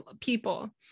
people